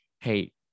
hey